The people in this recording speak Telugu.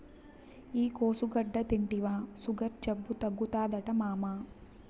ఈ కోసుగడ్డ తింటివా సుగర్ జబ్బు తగ్గుతాదట మామా